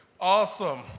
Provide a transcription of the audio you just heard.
Awesome